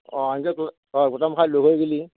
অঁ এনেকে গৈ অঁ গোটাই মোখাই লগ হৈ গ'লে